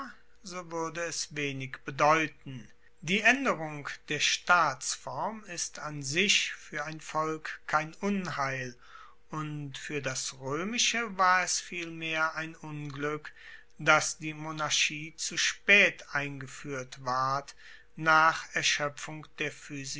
so wuerde es wenig bedeuten die aenderung der staatsform ist an sich fuer ein volk kein unheil und fuer das roemische war es vielmehr ein unglueck dass die monarchie zu spaet eingefuehrt ward nach erschoepfung der